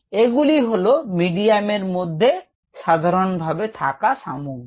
এগুলি হল মিডিয়ামের মধ্যে সাধারণভাবে থাকা সামগ্রী